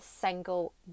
single